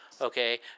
okay